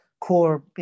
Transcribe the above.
core